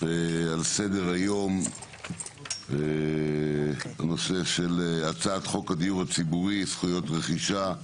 על סדר-היום הנושא של הצעת חוק הדיור הציבורי (זכויות רכישה)